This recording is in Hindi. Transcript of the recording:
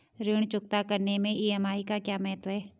ऋण चुकता करने मैं ई.एम.आई का क्या महत्व है?